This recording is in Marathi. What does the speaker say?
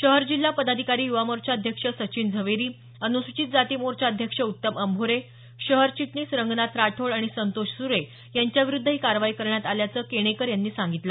शहर जिल्हा पदाधिकारी युवा मोर्चा अध्यक्ष सचिन झवेरी अनुसूचित जाती मोर्चा अध्यक्ष उत्तम अंभोरे शहर चिटणीस रंगनाथ राठोड आणि संतोष सुरे यांच्याविरुद्ध ही कारवाई करण्यात आल्याचं केणेकर यांनी सांगितलं